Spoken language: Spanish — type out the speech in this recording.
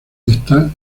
está